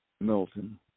Milton